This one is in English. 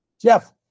Jeff